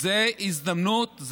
זו הזדמנות.